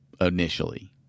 initially